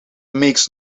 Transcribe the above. makes